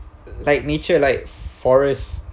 like nature like forest